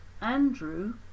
Andrew